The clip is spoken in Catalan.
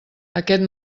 aquest